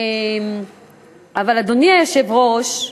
אדוני היושב-ראש,